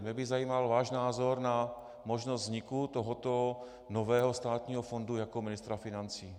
Mě by zajímal váš názor na možnost vzniku tohoto nového státního fondu jako ministra financí.